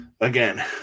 again